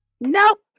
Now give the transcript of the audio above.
Nope